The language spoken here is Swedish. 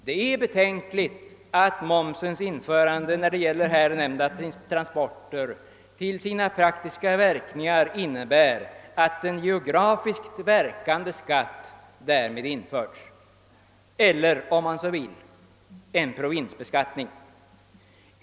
Det är betänkligt att momsens införande när det gäller de nämnda transporterna till sina praktiska verkningar kommit att innebära att en geografiskt verkande skatt, eller om man så vill en provinsbeskattning, därmed införts.